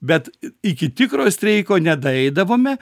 bet iki tikro streiko nedaeidavome